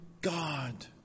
god